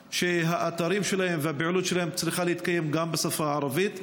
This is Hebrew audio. שהאתרים שלהם והפעילות שלהם צריכה להתנהל גם בשפה הערבית.